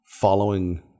following